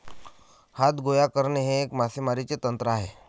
हात गोळा करणे हे एक मासेमारी तंत्र आहे